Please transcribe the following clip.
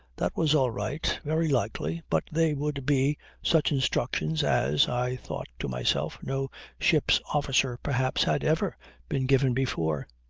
that was all right. very likely but they would be such instructions as, i thought to myself, no ship's officer perhaps had ever been given before.